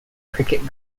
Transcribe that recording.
cricket